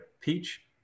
peach